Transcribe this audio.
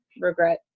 Regret